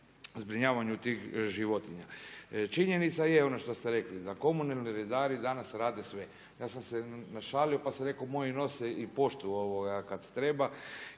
zbrinjavanju tih životinja. Činjenica je ono što ste rekli, da komunalni redari danas rade sve. Ja sam se našalio pa sam rekao moji nose i poštu, ovoga kad treba,